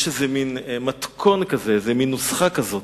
יש איזה מין מתכון כזה, מין נוסחה כזאת,